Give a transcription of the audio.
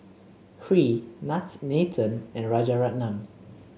Hri Nathan and Rajaratnam